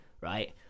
right